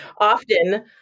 Often